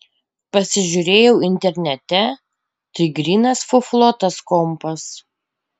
pasižiūrėjau internete tai grynas fuflo tas kompas